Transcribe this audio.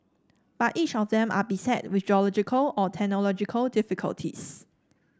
but each of them are beset with geological or technological difficulties